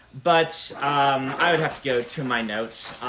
but i would have to go to my notes.